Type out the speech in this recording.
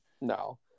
No